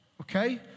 Okay